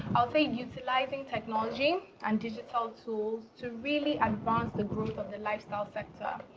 i'll say utilizing technology and digital tools to really advance the growth of the lifestyle sector.